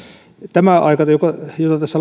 tämä aika jota tässä